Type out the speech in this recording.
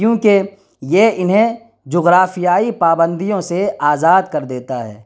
کیونکہ یہ انہیں جغرافیائی پابندیوں سے آزاد کر دیتا ہے